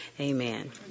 Amen